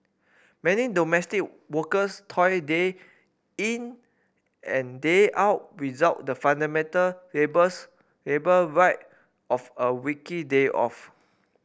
many domestic workers toil day in and day out without the fundamental labours labour right of a weekly day off